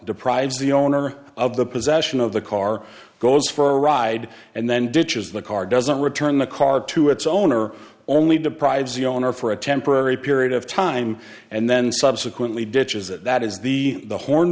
deprives the owner of the possession of the car goes for a ride and then ditches the car doesn't return the car to its owner only deprives the owner for a temporary period of time and then subsequently ditches that that is the the horn